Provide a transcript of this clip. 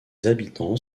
habitants